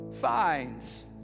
finds